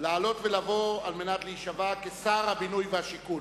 לעלות ולבוא על מנת להישבע כשר הבינוי והשיכון.